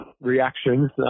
reactions